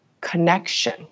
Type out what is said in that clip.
connection